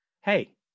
hey